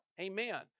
Amen